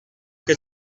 che